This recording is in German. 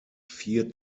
vier